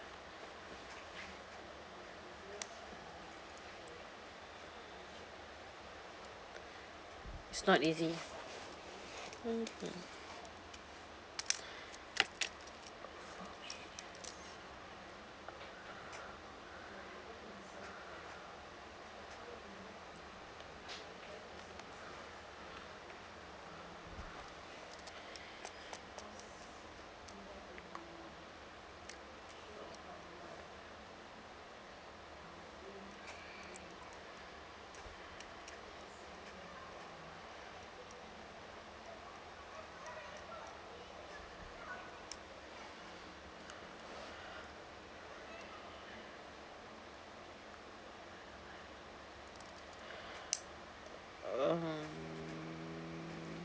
it's not easy okay um